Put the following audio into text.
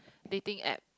dating app